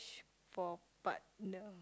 for a partner